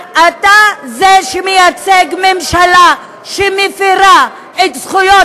אתה זה שמייצג ממשלה שמפֵרה את זכויות